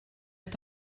est